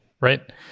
right